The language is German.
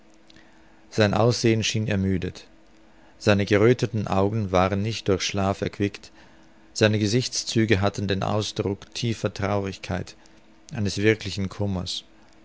sein aussehen schien ermüdet seine gerötheten augen waren nicht durch schlaf erquickt seine gesichtszüge hatten den ausdruck tiefer traurigkeit eines wirklichen kummers